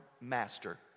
master